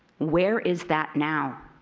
where is that now?